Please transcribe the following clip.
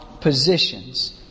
positions